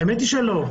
האמת היא שלא.